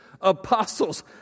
apostles